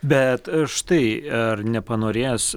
bet štai ar nepanorės